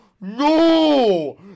No